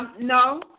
No